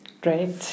Great